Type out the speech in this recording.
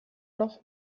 noch